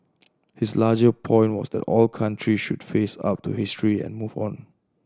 his larger point was that all countries should face up to history and move on